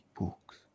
books